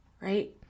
right